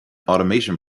automation